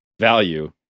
value